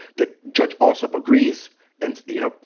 the judge also agrees and, you know,